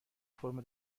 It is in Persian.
فرم